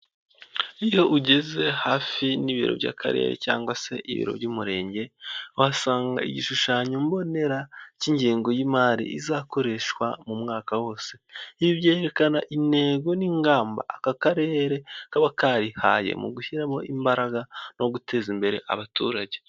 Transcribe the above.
Iyo ugeze hafi n'ibiro by'Akarere cyangwa se ibiro by'Umurenge, uhasanga igishushanyo mbonera k'ingengo y'imari; izakoreshwa mu mwaka wose. Ibi byerekana intego n'ingamba, aka Karere kaba karihaye, mu gushyiramo imbaraga no guteza imbere abaturage.